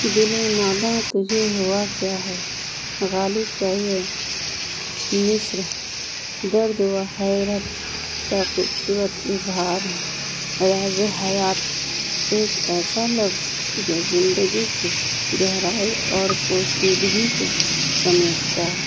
دل ناداں تجھے ہوا کیا ہے غالب کا یہ مصرع درد و حیرت کا خوبصورت اظہار ہے راز حیات ایک ایسا لفظ جو زندگی کی گہرائی اور پوشیدگی کو سمیٹتا ہے